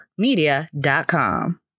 media.com